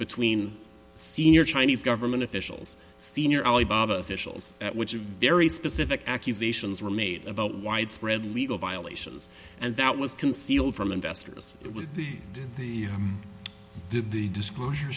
between senior chinese government officials senior alibaba officials at which a very specific accusations were made about widespread legal violations and that was concealed from investors it was the the the disclosure